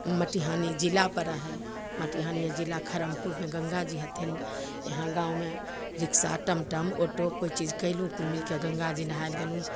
मटिहानी जिला पड़ै हइ मटिहानिए जिला खरमपुरमे गङ्गाजी हथिन यहाँ गाममे रिक्शा टमटम ऑटो कोइ चीज कएलहुँ कुल मितिके गङ्गाजी नहाएलए गेलहुँ